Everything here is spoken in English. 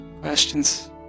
questions